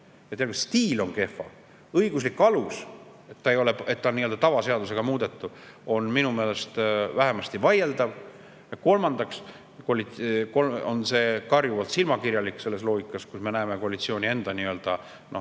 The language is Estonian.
kaasa minna. Stiil on kehva, õiguslik alus, et ta on nii-öelda tavaseadusega muudetav, on minu meelest vähemasti vaieldav. Kolmandaks on see karjuvalt silmakirjalik selles loogikas, kus me näeme koalitsiooni enda nii-öeldananny‑